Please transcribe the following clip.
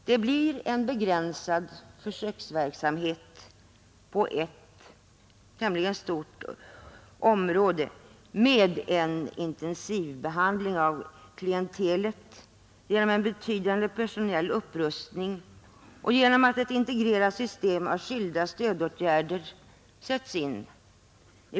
Det blir en begränsad försöksverksamhet på ett tämligen stort område med en intensiv behandling av klientelet genom en betydande personell upprustning och genom att ett integrerat system av skilda stödåtgärder sätts in.